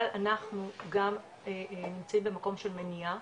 אבל אנחנו גם נמצאים במקום של מניעה